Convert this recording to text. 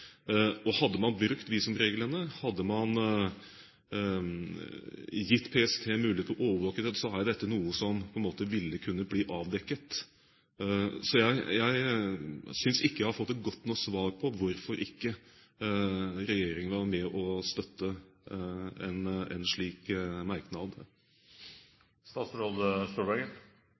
terrorhandlinger. Hadde man brukt visumreglene, hadde man gitt PST mulighet til å overvåke dette, er jo dette noe som ville kunne bli avdekket. Så jeg synes ikke jeg har fått et godt nok svar på hvorfor regjeringen ikke vil være med og støtte en slik